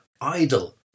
idle